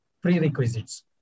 prerequisites